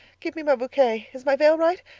give me my bouquet. is my veil right?